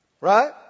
Right